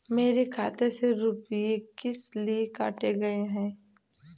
मेरे खाते से रुपय किस लिए काटे गए हैं?